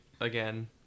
again